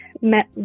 met